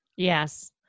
Yes